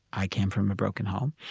i came from a broken home.